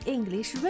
English